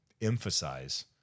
emphasize